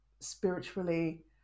spiritually